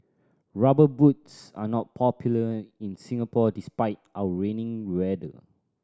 Rubber Boots are not popular in Singapore despite our rainy weather